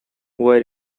where